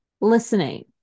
listening